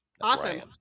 Awesome